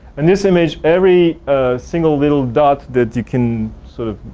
and this image, every single little dots that you can sort of,